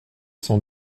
sans